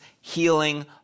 healing